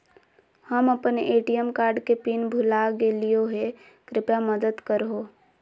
हम अप्पन ATM card के पिन भुला गेलिओ हे कृपया मदद कर हो